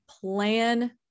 plan